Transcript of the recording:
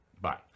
bye